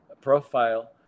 profile